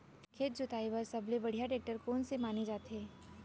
खेत जोताई बर सबले बढ़िया टेकटर कोन से माने जाथे?